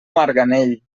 marganell